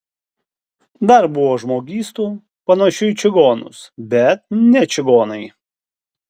dar buvo žmogystų panašių į čigonus bet ne čigonai